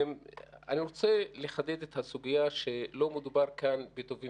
אני רוצה לחדד את הסוגיה שלא מדובר כאן בטובים